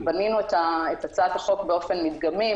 בנינו את הצעת החוק באופן מדגמי,